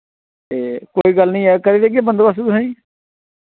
ते कोई गल्ल नी ऐ करी देगे बंदोबस्त तुसें